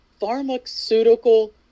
pharmaceutical